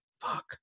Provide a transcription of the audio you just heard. Fuck